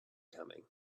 coming